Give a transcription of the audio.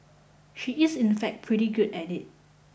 she is in fact pretty good at it